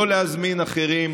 לא להזמין אחרים.